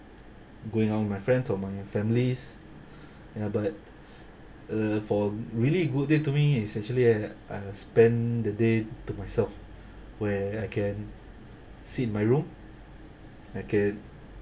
going out with my friends or my families ya but uh for really a good day to me actually that I spend the day to myself where I can sit in my room I can